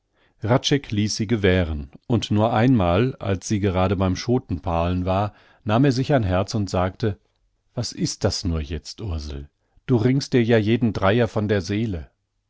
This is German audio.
ließ sie gewähren und nur einmal als sie gerade beim schotenpalen war nahm er sich ein herz und sagte was ist das nur jetzt ursel du ringst dir ja jeden dreier von der seele